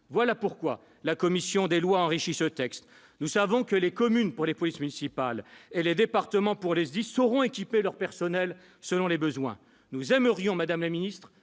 C'est pourquoi la commission des lois a enrichi ce texte. Nous savons que les communes, pour les polices municipales, et les départements, pour les SDIS, sauront équiper leurs personnels selon leurs besoins. Nous aimerions avoir la même